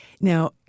now